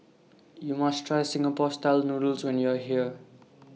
YOU must Try Singapore Style Noodles when YOU Are here